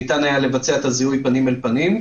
ניתן היה לבצע את הזיהוי פנים מול פנים,